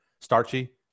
starchy